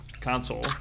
console